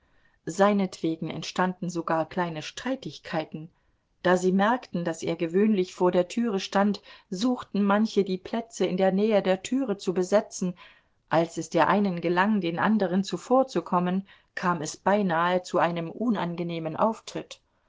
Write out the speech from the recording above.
seinetwegen entstanden sogar kleine streitigkeiten da sie merkten daß er gewöhnlich vor der türe stand suchten manche die plätze in der nähe der türe zu besetzen als es der einen gelang den anderen zuvorzukommen kam es beinahe zu einem unangenehmen auftritt